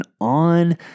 on